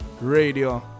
radio